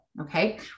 Okay